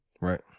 right